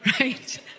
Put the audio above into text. right